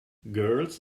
girls